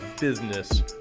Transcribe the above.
Business